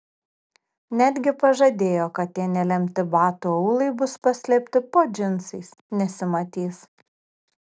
netgi pažadėjo kad tie nelemti batų aulai bus paslėpti po džinsais nesimatys